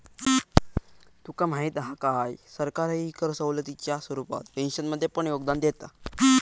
तुका माहीत हा काय, सरकारही कर सवलतीच्या स्वरूपात पेन्शनमध्ये पण योगदान देता